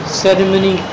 ceremony